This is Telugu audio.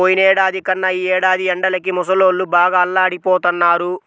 పోయినేడాది కన్నా ఈ ఏడాది ఎండలకి ముసలోళ్ళు బాగా అల్లాడిపోతన్నారు